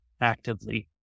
actively